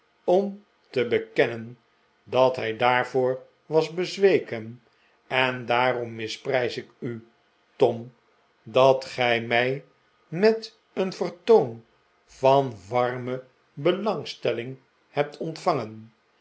om te bekennen dat hij daarvoor was bezweken en daarom misprijs ik u tom dat gij mij met een vertoon van warme belangstelling hebt ontvangen